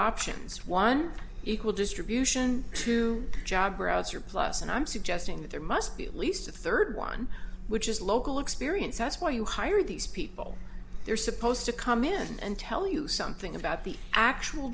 options one equal distribution two job browser plus and i'm suggesting that there must be at least a third one which is local experience that's why you hire these people they're supposed to come in and tell you something about the actual